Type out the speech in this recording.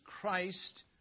Christ